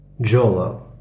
Jolo